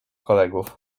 kolegów